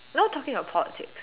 no talking about politics